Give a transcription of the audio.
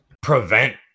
prevent